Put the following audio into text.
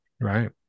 Right